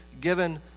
given